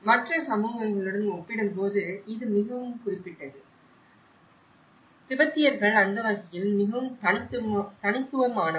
மற்ற சமூகங்களுடன் ஒப்பிடும்போது இது மிகவும் குறிப்பிட்டது திபெத்தியர்கள் அந்த வகையில் மிகவும் தனித்துவமானவர்கள்